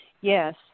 yes